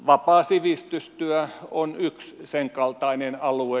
vapaa sivistystyö on yksi senkaltainen alue